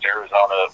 Arizona